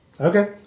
Okay